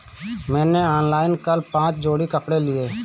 मैंने ऑनलाइन कल पांच जोड़ी कपड़े लिए